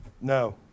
No